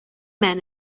men